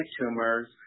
tumors